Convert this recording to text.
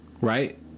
right